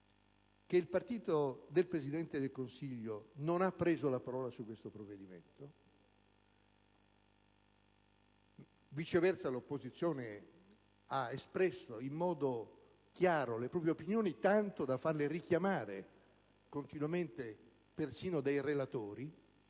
del partito del Presidente del Consiglio non hanno preso la parola sul provvedimento e, viceversa, l'opposizione ha espresso in modo chiaro le proprie opinioni, tanto da farle richiamare continuamente persino dai relatori.